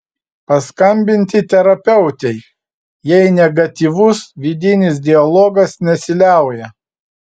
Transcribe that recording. paskambinti terapeutei jei negatyvus vidinis dialogas nesiliauja